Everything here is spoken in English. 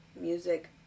music